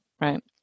Right